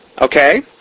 Okay